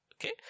Okay